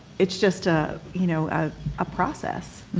it's just ah you know ah a process.